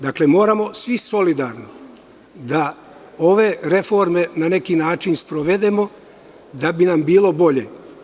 Dakle, moramo svi solidarno da ove reforme na neki način sprovedemo da bi nam bilo bolje.